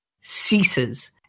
ceases